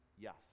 Yes